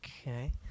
okay